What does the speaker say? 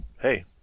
hey